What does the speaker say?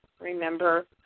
remember